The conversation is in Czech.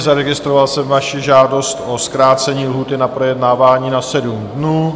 Zaregistroval jsem vaši žádost o zkrácení lhůty na projednávání na 7 dnů.